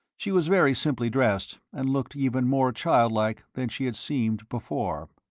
she was very simply dressed, and looked even more child-like than she had seemed before.